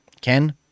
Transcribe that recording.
Ken